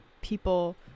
people